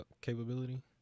capability